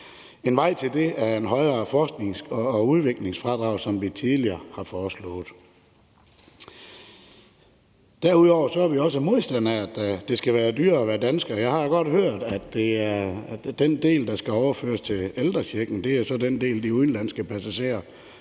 En vej til det er et højere forsknings- og udviklingsfradrag, som vi tidligere har foreslået. Derudover er vi modstandere af, at det skal være dyrere at være dansker. Jeg har godt hørt, at den del, der skal overføres til ældrechecken, så er den del, som de udenlandske passagerer